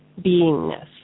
beingness